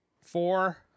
four